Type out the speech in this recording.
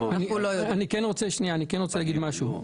אני כן רוצה להגיד משהו.